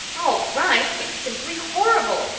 all right! it's simply horrible.